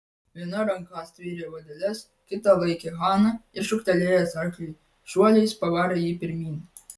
viena ranka stvėrė vadeles kita laikė haną ir šūktelėjęs arkliui šuoliais pavarė jį pirmyn